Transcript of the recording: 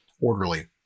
orderly